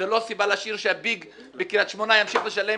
זה לא סיבה להשאיר ש-BIG בקרית שמונה ימשיך לשלם